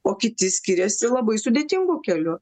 o kiti skiriasi labai sudėtingu keliu